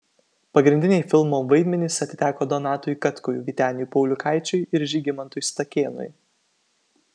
pagrindiniai filmo vaidmenys atiteko donatui katkui vyteniui pauliukaičiui ir žygimantui stakėnui